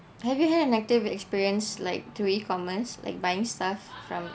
have you had a negative experience like to E-commerce like buying stuff from